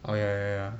oh ya ya ya